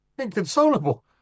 Inconsolable